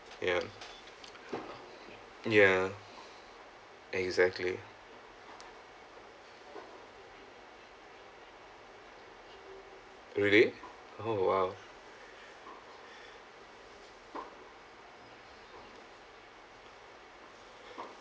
ya ya exactly really oh !wow!